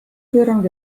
pööranud